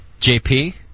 JP